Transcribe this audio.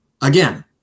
again